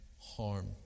harm